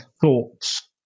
thoughts